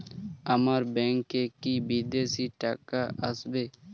আমার ব্যংকে কি বিদেশি টাকা আসবে?